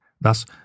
Thus